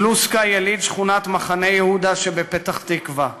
גלוסקא, יליד שכונת מחנה-יהודה שבפתח-תקווה,